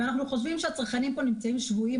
אנחנו חושבים שהצרכנים פה נמצאים שבויים,